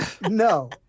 no